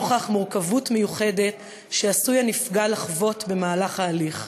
נוכח מורכבות מיוחדת שעשוי הנפגע לחוות במהלך ההליך,